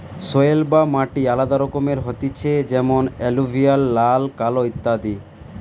soil বা মাটি আলাদা রকমের হতিছে যেমন এলুভিয়াল, লাল, কালো ইত্যাদি